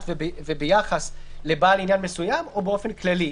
וביחס לבעל עניין מסוים או באופן כללי.